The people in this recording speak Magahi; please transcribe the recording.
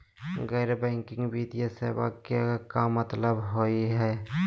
गैर बैंकिंग वित्तीय सेवाएं के का मतलब होई हे?